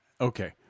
Okay